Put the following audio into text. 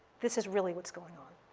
this is really what's going on.